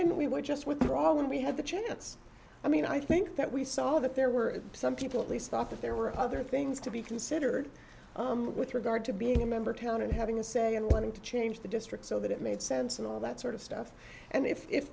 didn't we would just withdraw when we had the chance i mean i think that we saw that there were some people at least thought that there were other things to be considered with regard to being a member town and having a say and wanting to change the district so that it made sense and all that sort of stuff and if